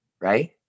right